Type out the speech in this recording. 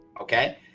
okay